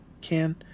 can—